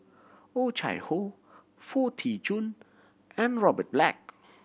Oh Chai Hoo Foo Tee Jun and Robert Black